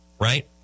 Right